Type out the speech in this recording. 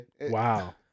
Wow